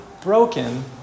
broken